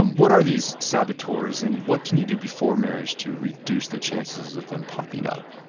um what are these saboteurs and what can you do before marriage to reduce the chances of them popping up?